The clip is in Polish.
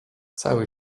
cały